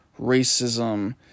racism